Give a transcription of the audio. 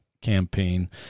campaign